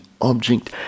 object